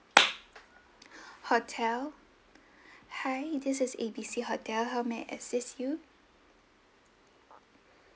hotel hi this is A B C hotel how may I assist you